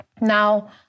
Now